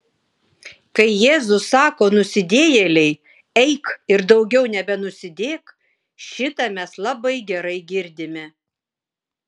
kai jėzus sako nusidėjėlei eik ir daugiau nebenusidėk šitą mes labai gerai girdime